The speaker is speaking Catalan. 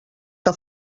que